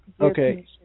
Okay